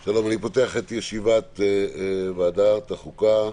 אני פותח את ישיבת ועדת החוקה,